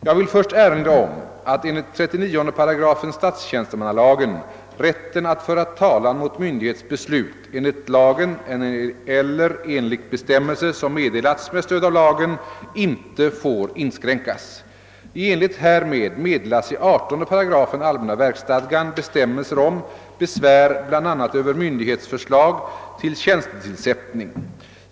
Jag vill först erinra om att enligt 39 § statstjänstemannalagen rätten att föra talan mot myndighets beslut enligt lagen eller enligt bestämmelse som meddelats med stöd av lagen inte får inskränkas. I enlighet härmed meddelas i 18 8 allmänna verksstadgan bestämmelser om besvär bl.a. över myndighets förslag till tjänstetillsättning.